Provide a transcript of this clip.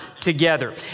together